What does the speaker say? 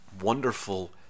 wonderful